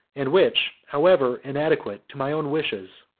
and which, however inadequate to my own wishes,